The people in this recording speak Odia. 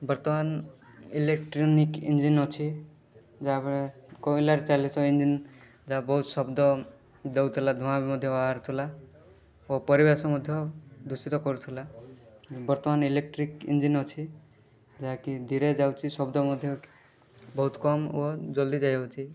ବର୍ତ୍ତମାନ ଇଲୋକ୍ଟ୍ରୋନିକ୍ ଇଞ୍ଜିନ୍ ଅଛି ଯାହାଫଳରେ କୋଇଲାରେ ଚାଲିତ ଇଞ୍ଜିନ୍ ତା' ବହୁତ ଶବ୍ଦ ଦେଉଥିଲା ଧୂଆଁ ବି ମଧ୍ୟ ବାହାରୁଥିଲା ଓ ପରିବେଶ ମଧ୍ୟ ଦୂଷିତ କରୁଥିଲା ବର୍ତ୍ତମାନ ଇଲେକ୍ଟ୍ରିକ୍ ଇଞ୍ଜିନ୍ ଅଛି ଯାହାକି ଧୀରେ ଯାଉଛି ଶବ୍ଦ ମଧ୍ୟ ବହୁତ କମ୍ ଓ ଜଲ୍ଦି ଯାଇ ହେଉଛି